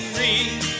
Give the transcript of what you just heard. read